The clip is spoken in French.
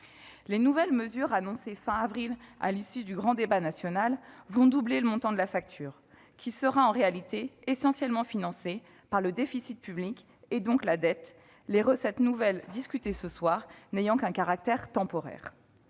Les nouvelles mesures annoncées fin avril, à l'issue du grand débat national, vont doubler le montant de la facture, qui sera en réalité essentiellement financée par le déficit public, donc par la dette, les recettes nouvelles discutées ce soir n'ayant qu'un caractère temporaire.